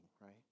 right